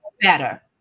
better